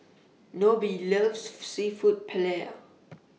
Nobie loves Seafood Paella